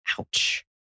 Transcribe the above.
Ouch